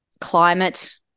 climate